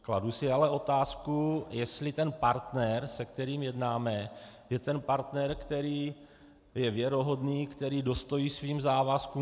Kladu si ale otázku, jestli partner, se kterým jednáme, je ten partner, který je věrohodný, který dostojí svým závazkům.